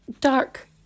dark